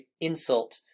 insult